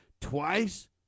twice